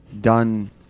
done